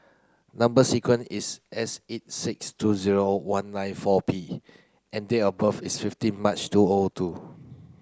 number sequence is S eight six two zero one nine four P and date of birth is fifteen March two O O two